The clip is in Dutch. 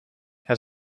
het